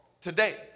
today